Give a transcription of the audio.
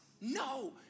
No